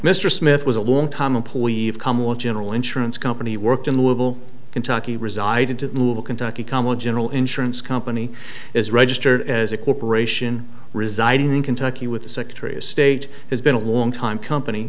mr smith was a long time employee of kamel general insurance company worked in louisville kentucky resided to move a kentucky kamel general insurance company is registered as a corporation residing in kentucky with the secretary of state has been a long time company